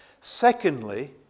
secondly